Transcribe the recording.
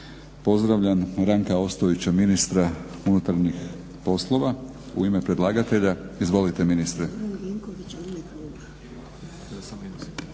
Pozdravljam Ranka Ostojića, ministra unutarnjih poslova u ime predlagatelja izvolite.